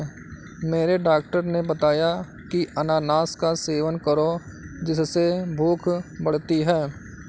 मेरे डॉक्टर ने बताया की अनानास का सेवन करो जिससे भूख बढ़ती है